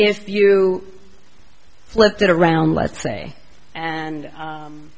if you flip that around let's say and